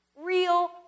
real